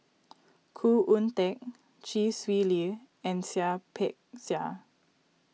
Khoo Oon Teik Chee Swee Lee and Seah Peck Seah